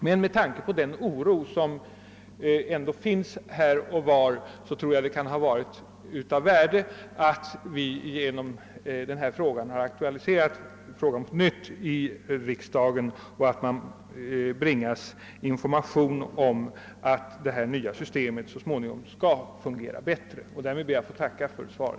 Med tanke på den oro som råder här och var har det emellertid säkerligen varit av värde att frågan på nytt aktualiserats i riksdagen, varigenom information kunnat lämnas om att det nya systemet så småningom skall fungera bättre.